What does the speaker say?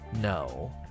No